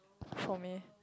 for me